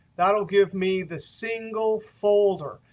that will give me the single folder.